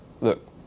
look